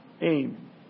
aim